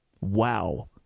Wow